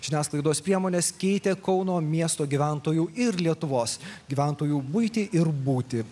žiniasklaidos priemonės keitė kauno miesto gyventojų ir lietuvos gyventojų buitį ir būtį